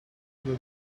over